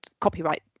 copyright